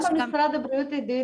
גם במשרד הבריאות עידית,